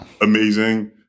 amazing